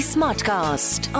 Smartcast